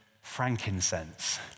frankincense